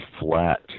flat